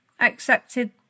accepted